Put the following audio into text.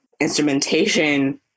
instrumentation